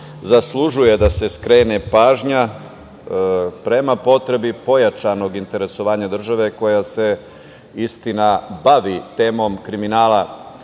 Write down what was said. zaslužuje da se skrene pažnja prema potrebi pojačanog interesovanja države koja se istina bavi temom kriminala